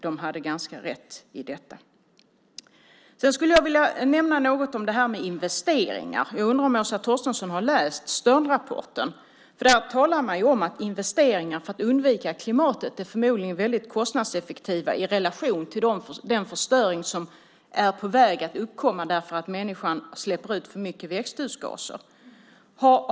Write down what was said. De hade ganska rätt. Sedan skulle jag vilja nämna något om investeringar. Jag undrar om Åsa Torstensson har läst Sternrapporten. Där talar man om att investeringar för att undvika klimathotet tydligen är väldigt kostnadseffektiva i relation till den förstöring som är på väg att uppkomma därför att människan släpper ut för mycket växthusgaser.